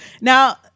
now